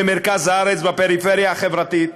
ובמרכז הארץ בפריפריה החברתית,